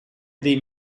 dei